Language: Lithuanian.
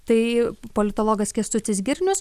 tai politologas kęstutis girnius